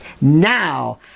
Now